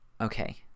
Okay